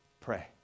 Pray